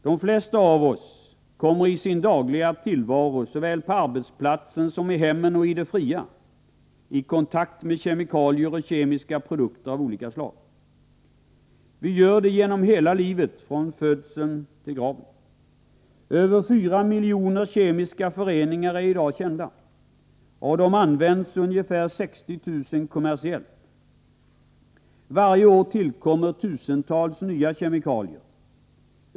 De flesta av oss kommer i sin dagliga tillvaro såväl på arbetsplatsen som i hemmen och i det fria i kontakt med kemikalier och kemiska produkter av olika slag. Vi gör det genom hela livet, från födseln till graven. Över fyra miljoner kemiska föreningar är kända. Av dem används ungefär 60 000 kommersiellt. Varje år tillkommer tusentals nya kemikalier.